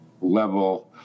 level